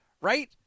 right